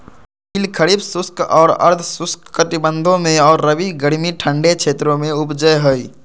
तिल खरीफ शुष्क और अर्ध शुष्क कटिबंधों में और रबी गर्मी ठंडे क्षेत्रों में उपजै हइ